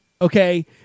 Okay